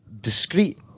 discreet